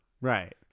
Right